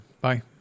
Bye